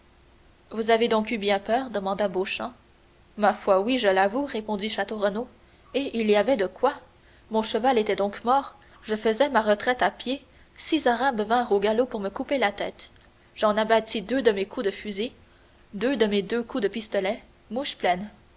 vous avez donc eu bien peur demanda beauchamp ma foi oui je l'avoue répondit château renaud et il y avait de quoi mon cheval était donc mort je faisais ma retraite à pied six arabes vinrent au galop pour me couper la tête j'en abattis deux de mes deux coups de fusil deux de mes deux coups de pistolet mouches